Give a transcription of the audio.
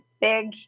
big